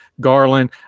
Garland